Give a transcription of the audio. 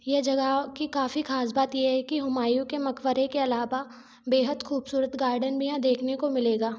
ये जगहों की काफ़ी खास बात यह है कि हुमायूँ के मकबरे के अलावा बेहद खूबसूरत गार्डन भी यहाँ देखने को मिलेगा